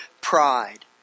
pride